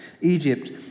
Egypt